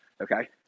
okay